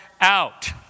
out